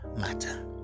matter